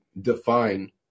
define